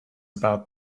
about